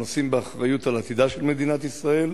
הנושאים באחריות לעתידה של מדינת ישראל,